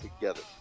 together